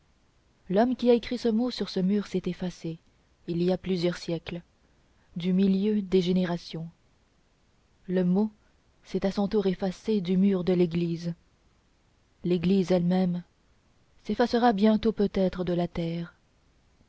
l'homme qui a écrit ce mot sur ce mur s'est effacé il y a plusieurs siècles du milieu des générations le mot s'est à son tour effacé du mur de l'église l'église elle-même s'effacera bientôt peut-être de la terre